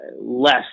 less